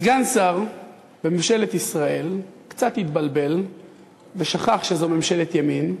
סגן שר בממשלת ישראל קצת התבלבל ושכח שזו ממשלת ימין,